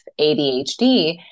ADHD